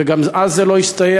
וגם אז זה לא הסתייע.